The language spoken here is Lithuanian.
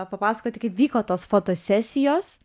papasakoti kaip vyko tos fotosesijos